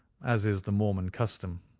as is the mormon custom.